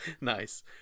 Nice